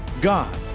God